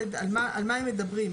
על מה הם מדברים,